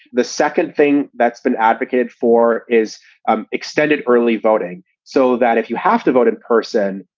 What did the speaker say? the second thing that's been advocated for is um extended early voting so that if you have to vote in person,